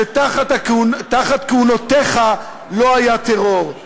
שתחת כהונותיך לא היה טרור.